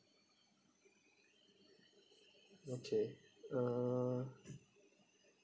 okay uh